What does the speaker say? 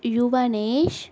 Yuvanesh